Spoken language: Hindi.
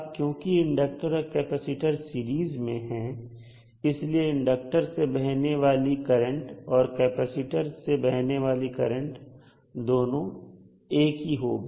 अब क्योंकि इंडक्टर और कैपेसिटर सीरीज में है इसलिए इंडक्टर से बहने वाली करंटऔर कैपिटल से बहने वाली करंट दोनों एक ही होगी